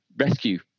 rescue